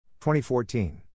2014